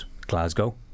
Glasgow